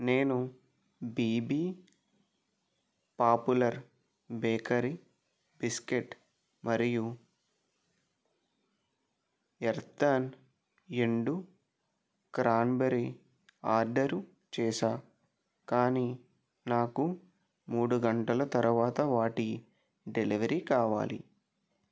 నేను BB popular bakery biscuit మరియు ఎర్తాన్ ఎండు క్రాన్బరి ఆర్డర్ చేసా కానీ నాకు మూడు గంటల తరువాత వాటి డెలివరీ కావాలి